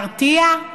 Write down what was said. להרתיע?